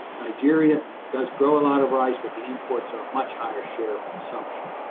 nigeria does grow a lot of rice, but the imports are a much higher share of consumption.